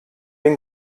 den